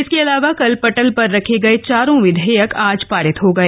इसके अलावा कल पटल पर रखे गये चारों विधेयक आज पारित हो गए